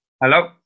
Hello